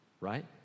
right